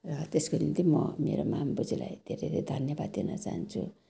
र त्यसको निम्ति म मेरो माम बोजूलाई धेरै धेरै धन्यवाद दिन चाहन्छु